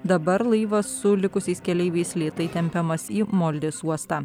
dabar laivas su likusiais keleiviais lėtai tempiamas į moldės uostą